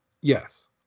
Yes